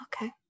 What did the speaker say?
okay